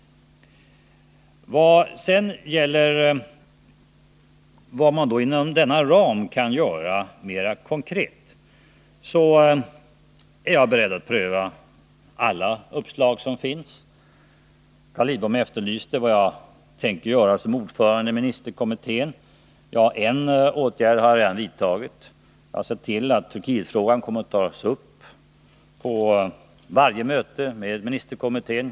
När det sedan gäller vad man inom denna ram kan göra mer konkret är jag beredd att pröva alla uppslag. Carl Lidbom efterlyste vad jag tänker göra som ordförande i ministerkommittén. En åtgärd har jag redan vidtagit. Jag har sett till att Turkietfrågan kommer att tas upp på varje möte med ministerkommittén.